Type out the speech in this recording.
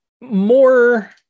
more